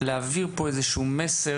להעביר פה איזה שהוא מסר,